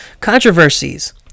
Controversies